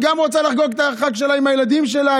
גם היא רוצה לחגוג את החג שלה עם הילדים שלה,